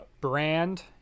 brand